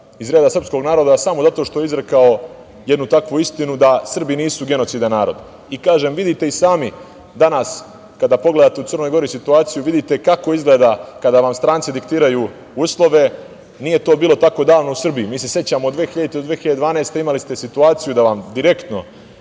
iz reda srpskog naroda samo zato što je izrekao jednu takvu istinu da Srbi nisu genocidan narod. Vidite i sami, danas kada pogledate u Crnoj Gori situaciju vidite kako izgleda kada vam stranci diktiraju uslove. Nije to bilo tako davno u Srbiji. Mi se sećamo 2000. do 2012. godine imali ste situaciju da vam direktno